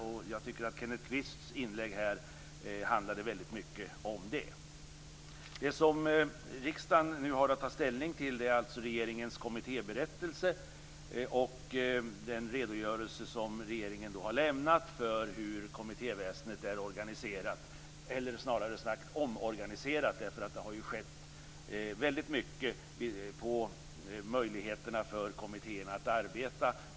Jag tycker att Kenneth Kvists inlägg här handlade väldigt mycket om det. Det som riksdagen nu har att ta ställning till är alltså regeringens kommittéberättelse och den redogörelse som regeringen har lämnat för hur kommittéväsendet är organiserat, eller snarare sagt omorganiserat därför att det har ju skett väldigt mycket vad gäller möjligheterna för kommittéerna att arbeta.